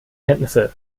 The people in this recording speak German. kenntnisse